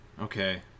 Okay